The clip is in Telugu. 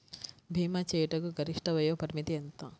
భీమా చేయుటకు గరిష్ట వయోపరిమితి ఎంత?